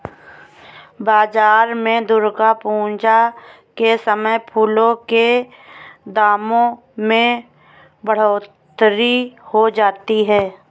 बाजार में दुर्गा पूजा के समय फलों के दामों में बढ़ोतरी हो जाती है